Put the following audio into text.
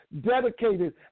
dedicated